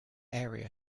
area